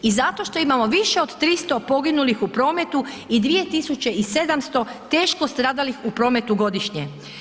I zato što imamo više od 300 poginulih u prometu i 2700 teško stradalih u prometu godišnje.